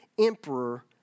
emperor